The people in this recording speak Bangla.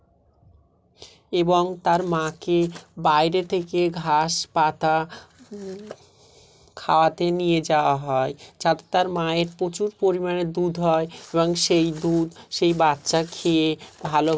এবং তার মাকে বাইরে থেকে ঘাস পাতা খাওয়াতে নিয়ে যাওয়া হয় যাতে তার মায়ের প্রচুর পরিমাণে দুধ হয় এবং সেই দুধ সেই বাচ্চা খেয়ে ভালোভাবে বেঁচে থাকে